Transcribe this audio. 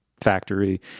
factory